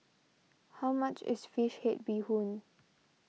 how much is Fish Head Bee Hoon